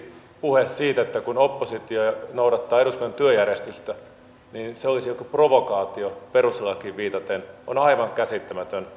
puhe siitä että se kun oppositio noudattaa eduskunnan työjärjestystä olisi joku provokaatio perustuslakiin viitaten on aivan käsittämätön